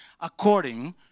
according